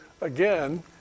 again